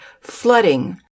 flooding